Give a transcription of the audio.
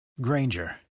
Granger